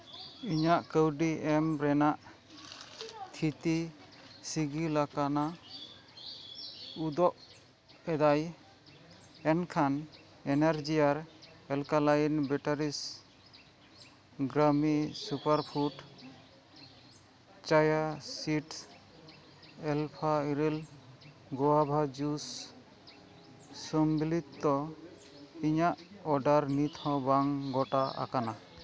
ᱤᱧᱟᱹᱜ ᱠᱟᱹᱣᱰᱤ ᱮᱢ ᱨᱮᱭᱟᱜ ᱛᱷᱤᱛᱤ ᱥᱤᱜᱤᱞ ᱟᱠᱟᱱᱟ ᱩᱫᱩᱜ ᱮᱫᱟᱭ ᱮᱱᱠᱷᱟᱱ ᱮᱱᱟᱨᱡᱤᱭᱟᱞ ᱮᱞᱠᱟᱞᱟᱹᱭᱤᱱ ᱵᱮᱴᱟᱨᱤᱥ ᱜᱨᱟᱢᱤ ᱥᱩᱯᱟᱨ ᱯᱷᱩᱰ ᱪᱟᱭᱟᱥᱤᱰ ᱮᱞᱯᱷᱟ ᱤᱨᱟᱹᱞ ᱜᱳᱣᱟᱵᱷᱟ ᱡᱩᱥ ᱥᱚᱢᱵᱤᱞᱤᱛᱚ ᱤᱧᱟᱹᱜ ᱚᱰᱟᱨ ᱱᱤᱛ ᱦᱚᱸ ᱵᱟᱝ ᱜᱳᱴᱟ ᱟᱠᱟᱱᱟ